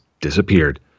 disappeared